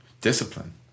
Discipline